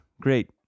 Great